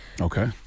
Okay